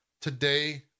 today